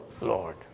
Lord